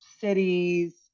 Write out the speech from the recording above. cities